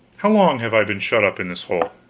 how long have i been shut up in this hole?